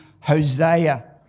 Hosea